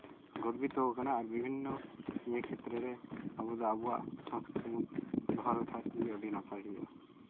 ᱜᱚᱨᱵᱤᱛᱚ ᱟᱠᱟᱱᱟ ᱟᱨ ᱵᱤᱵᱷᱤᱱᱱᱚ ᱤᱭᱟᱹ ᱠᱷᱮᱛᱨᱮ ᱨᱮ ᱟᱵᱚ ᱫᱚ ᱟᱵᱚᱣᱟᱜ ᱥᱚᱥᱠᱨᱤᱛᱤ ᱵᱚᱱ ᱫᱚᱦᱚ ᱞᱮᱠᱷᱟᱱ ᱜᱮ ᱟᱹᱰᱤ ᱱᱟᱯᱟᱭ ᱦᱩᱭᱩᱜᱼᱟ